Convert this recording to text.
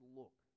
look